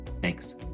Thanks